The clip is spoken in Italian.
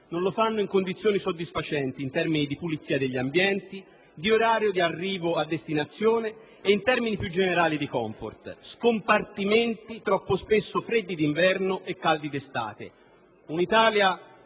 non lo fanno in condizioni soddisfacenti in termini di pulizia degli ambienti, di orario di arrivo a destinazione e, più in generale, di comfort: scompartimenti troppo spesso freddi d'inverno e caldi d'estate. Un'Italia